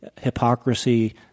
hypocrisy